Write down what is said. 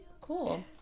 cool